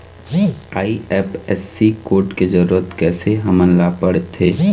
IFSC code के जरूरत कैसे हमन ला पड़थे?